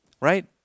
Right